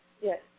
Yes